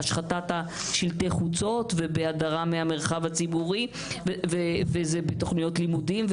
בהשחתת שילטי החוצות ובהאדרה מהמרחב הציבורי וזה בתוכניות לימודים,